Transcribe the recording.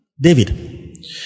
David